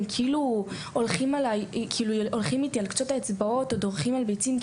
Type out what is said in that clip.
הם כאילו הולכים איתי על קצות האצבעות או דורכים על ביצים,